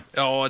ja